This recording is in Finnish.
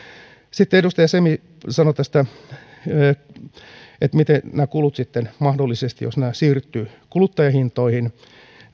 sitten edustaja semi sanoi tästä että miten nämä kulut sitten mahdollisesti että mitä jos nämä siirtyvät kuluttajahintoihin